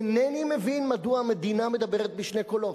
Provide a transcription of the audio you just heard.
אינני מבין מדוע המדינה מדברת בשני קולות: